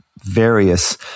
various